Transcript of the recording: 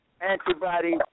antibodies